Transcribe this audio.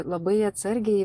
labai atsargiai